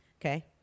okay